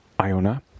Iona